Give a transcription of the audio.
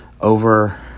over